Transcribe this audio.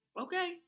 okay